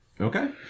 Okay